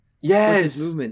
Yes